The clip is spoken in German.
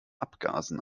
abgasen